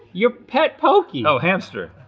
your pet, pokey. oh, hamster.